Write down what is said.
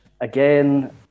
again